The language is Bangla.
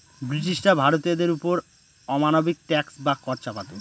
ব্রিটিশরা ভারতীয়দের ওপর অমানবিক ট্যাক্স বা কর চাপাতো